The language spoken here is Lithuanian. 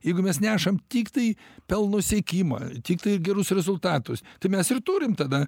jeigu mes nešam tiktai pelno siekimą tiktai gerus rezultatus tai mes ir turim tada